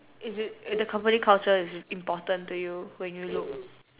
is it the company culture is important to you when you look